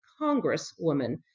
Congresswoman